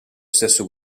stesso